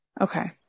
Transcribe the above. Okay